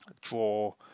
draw